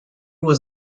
was